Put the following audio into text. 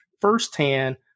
firsthand